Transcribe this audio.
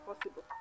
possible